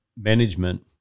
management